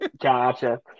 Gotcha